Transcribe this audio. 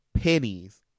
pennies